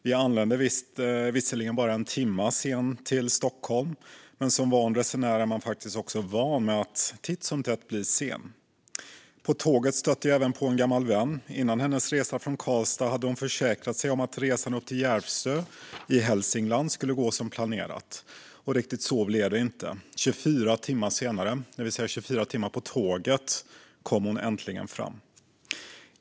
Vi anlände visserligen "bara" en timme sent till Stockholm, men som van resenär är man faktiskt också van att titt som tätt bli sen. På tåget stötte jag även på en gammal vän. Innan hennes resa från Karlstad hade hon försäkrat sig om att resan upp till Järvsö i Hälsingland skulle gå som planerat. Riktigt så blev det inte. 24 timmar senare - 24 timmar på tåget - kom hon äntligen fram.